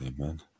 Amen